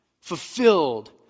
fulfilled